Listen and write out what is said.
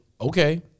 okay